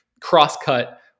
cross-cut